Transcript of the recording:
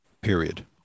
period